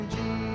Jesus